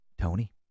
Tony